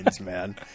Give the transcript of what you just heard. man